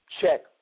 check